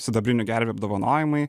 sidabrinių gervių apdovanojimai